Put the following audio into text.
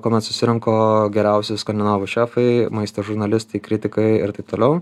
kuomet susirinko geriausi skandinavų šefai maisto žurnalistai kritikai ir taip toliau